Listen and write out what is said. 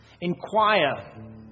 inquire